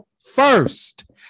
first